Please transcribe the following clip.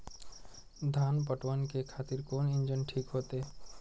धान पटवन के खातिर कोन इंजन ठीक होते?